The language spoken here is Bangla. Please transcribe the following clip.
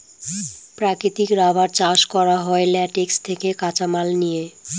প্রাকৃতিক রাবার চাষ করা হয় ল্যাটেক্স থেকে কাঁচামাল নিয়ে